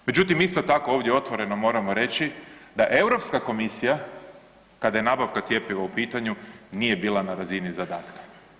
Međutim, isto tako ovdje otvoreno moramo reći da EU komisija kada je nabavka cjepiva u pitanju, nije bila na razini zadatka.